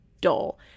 dull